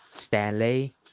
Stanley